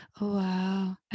wow